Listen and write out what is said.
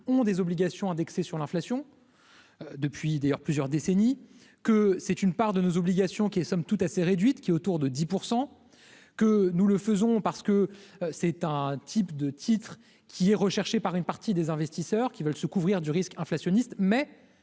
ont des obligations indexées sur l'inflation depuis d'ailleurs plusieurs décennies que c'est une part de nos obligations qui est somme toute assez réduite qui est autour de 10 % que nous le faisons parce que c'est un type de titres qui est recherché par une partie des investisseurs qui veulent se couvrir du risque inflationniste,